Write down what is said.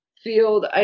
Field